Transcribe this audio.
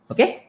Okay